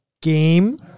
game